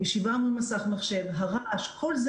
הישיבה מול מסך מחשב, הרעש, כל זה